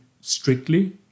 strictly